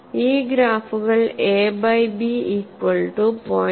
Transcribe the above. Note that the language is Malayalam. ഈ ഗ്രാഫുകൾ A by B equal to 0